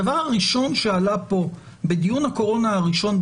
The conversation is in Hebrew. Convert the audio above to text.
הדבר הראשון שעלה פה בדיון הקורונה הראשון,